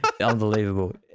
unbelievable